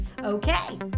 Okay